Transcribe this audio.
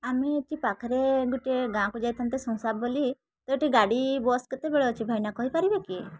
ଆମେ ଏଇଠି ପାଖରେ ଗୋଟିଏ ଗାଁକୁ ଯାଇଥାନ୍ତେ ସଂସାରପଲ୍ଲି ଏଇଠି ଗାଡ଼ି ବସ୍ କେତେବେଳେ ଅଛି ଭାଇନା କହିପାରିବେ କି